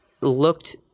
looked